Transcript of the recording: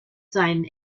seinen